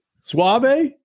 Suave